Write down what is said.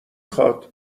خواد